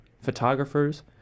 photographers